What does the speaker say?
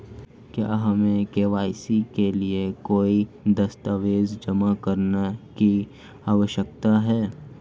क्या हमें के.वाई.सी के लिए कोई दस्तावेज़ जमा करने की आवश्यकता है?